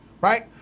right